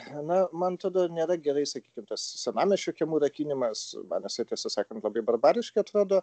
na man atrodo nėra gerai sakykim tas senamiesčio kiemų rakinimas man jisai tiesą sakant labai barbariškai atrodo